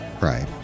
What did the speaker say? Right